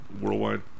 worldwide